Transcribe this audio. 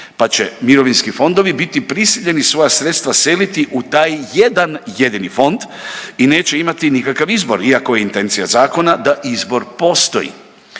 pa će mirovinski fondovi biti prisiljeni svoja sredstva seliti u taj jedan jedini fond i neće imati nikakav izbor iako je intencija zakona da izbor postoji.